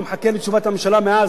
אני מחכה לתשובת הממשלה מאז,